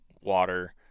water